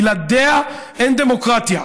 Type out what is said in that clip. בלעדיה אין דמוקרטיה.